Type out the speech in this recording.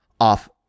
off